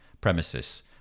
premises